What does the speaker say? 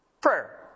Prayer